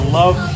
love